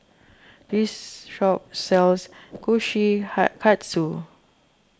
this shop sells Kushikatsu